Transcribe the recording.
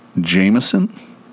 Jameson